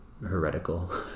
heretical